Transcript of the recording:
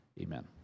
Amen